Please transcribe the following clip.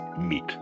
meet